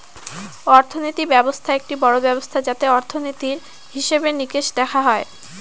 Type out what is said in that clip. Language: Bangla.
অর্থনীতি ব্যবস্থা একটি বড়ো ব্যবস্থা যাতে অর্থনীতির, হিসেবে নিকেশ দেখা হয়